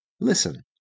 Listen